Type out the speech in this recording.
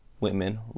women